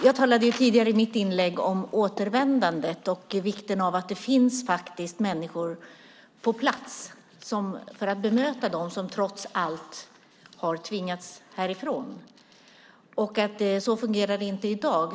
Jag talade tidigare i mitt inlägg om återvändandet och vikten av att det finns människor på plats för att bemöta dem som trots allt har tvingats härifrån. Så fungerar det inte i dag.